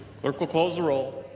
clerk will close the roll.